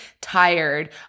tired